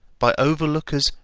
by overlookers,